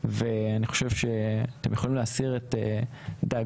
ואני חושב שאתם יכולים להסיר את דאגותיכם